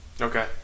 Okay